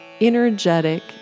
energetic